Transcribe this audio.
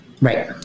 Right